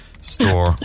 Store